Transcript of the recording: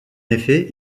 effet